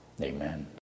Amen